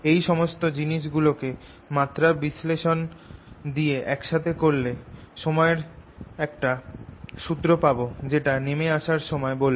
এই সমস্ত জিনিসগুলোকে মাত্রা বিশ্লেষণ দিয়ে একসাথে করলে সময়ের একটা সুত্র পাব যেটা নেমে আসার সময় বলবে